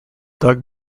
doug